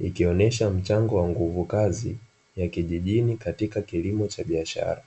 ikionesha mchango wa nguvu kazi ya kijijini katika kilimo cha biashara.